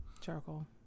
Charcoal